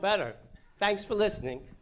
better thanks for listening